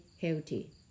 healthy